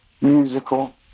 musical